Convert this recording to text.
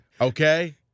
okay